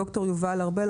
ד"ר יובל ארבל,